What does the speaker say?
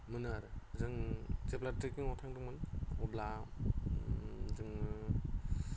मोनो आरो जों जेब्ला ट्रेक्किंआव थांदोंमोन अब्ला जोङो